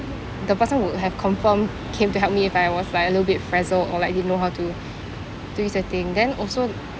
the person would have confirmed came to help me if I was like a little bit frazzled or like didn't know how to to use the thing then also